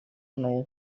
known